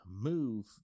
move